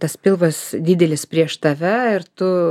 tas pilvas didelis prieš tave ir tu